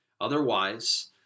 Otherwise